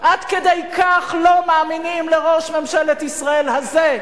עד כדי כך לא מאמינים לראש ממשלת ישראל הזה.